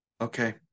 Okay